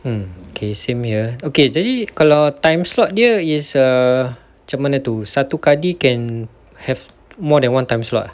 mm okay same here okay jadi kalau time slot dia is err macam mana tu satu kadi can have more than one time slot ah